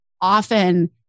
often